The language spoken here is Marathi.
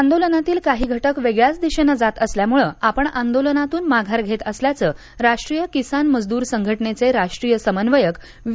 आंदोलनातील काही घटक वेगळ्याच दिशेनं जात असल्यामुळे आपण आंदोलनातून माघार घेत असल्याचं राष्ट्रीय किसान मजदूर संघटनेचे राष्ट्रीय समन्वयक वी